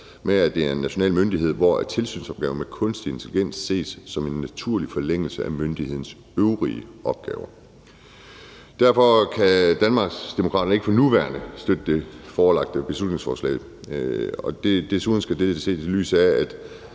med at det er en national myndighed, hvor tilsynsopgaven med kunstig intelligens ses som en naturlig forlængelse af myndighedens øvrige opgaver. Derfor kan Danmarksdemokraterne ikke for nuværende støtte det forelagte beslutningsforslag. Det skal desuden ses i lyset af, at